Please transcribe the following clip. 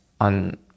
on